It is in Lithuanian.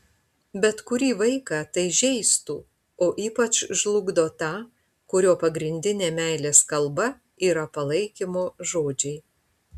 bet kurį vaiką tai žeistų o ypač žlugdo tą kurio pagrindinė meilės kalba yra palaikymo žodžiai